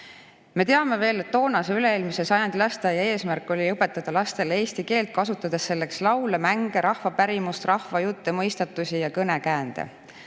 teame veel, et toonase, eelmise sajandi lasteaia eesmärk oli õpetada lastele eesti keelt, kasutades selleks laule, mänge, rahvapärimust, rahvajutte, mõistatusi ja kõnekäände.